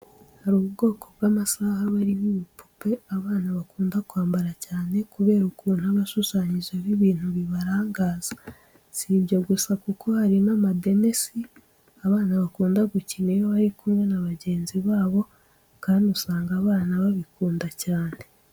Hari ubwoko bw'amasaha aba ariho ibipupe abana bakunda kwambara cyane kubera ukuntu aba ashushanyijeho ibintu bibarangaza. Si ibyo gusa kuko hari n'amadenesi abana bakunda gukina iyo bari kumwe na bagenzi babo kandi usanga abana babikunda cyane.